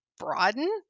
Broaden